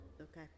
Okay